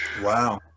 Wow